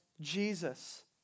Jesus